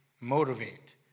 motivate